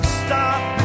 stop